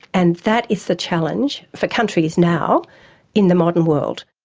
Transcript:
and that is the challenge for countries now in the modern world.